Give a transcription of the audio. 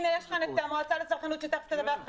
הנה, יש כאן את נציגת המועצה לצרכנות שתיכף תדבר.